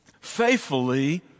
Faithfully